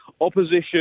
Opposition